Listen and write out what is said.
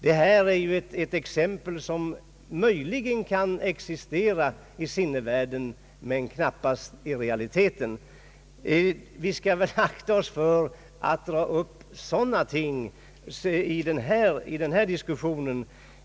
Det här är ju ett exempel som möjligen kan existera i tankevärlden men knappast i realiteten. Vi skall väl akta oss för att dra upp sådana ting i den här diskussionen.